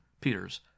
Peters